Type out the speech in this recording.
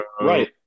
Right